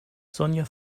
sonja